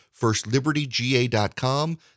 Firstlibertyga.com